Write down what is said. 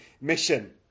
Mission